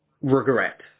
regret